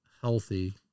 healthy